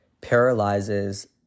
paralyzes